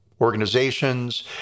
organizations